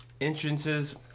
entrances